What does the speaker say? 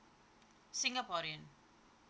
singaporean